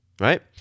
right